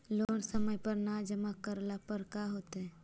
Loan समय पर न जमा करला पर का होतइ?